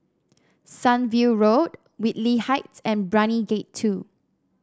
Sunview Road Whitley Heights and Brani Gate Two